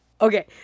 Okay